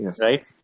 right